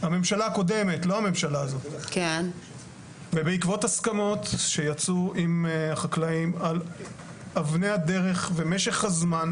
הממשלה הקודמת ובעקבות הסכמות עם חקלאים על אבני הדרך ומשך הזמן,